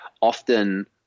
often